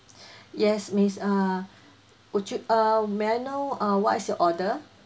yes miss uh would you uh may I know uh what is your order